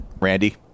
Randy